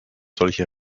solche